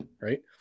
right